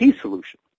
solution